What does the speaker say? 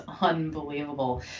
unbelievable